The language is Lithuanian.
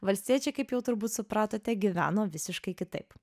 valstiečiai kaip jau turbūt supratote gyveno visiškai kitaip